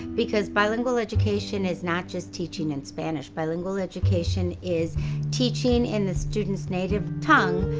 because bilingual education is not just teaching in spanish. bilingual education is teaching in the students' native tongue.